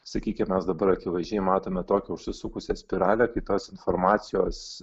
sakykim mes dabar akivaizdžiai matome tokią užsisukusią spiralę kai tos informacijos